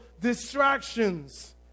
distractions